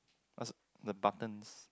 the buttons